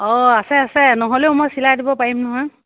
অ আছে আছে নহ'লেও মই চিলাই দিব পাৰিম নহয়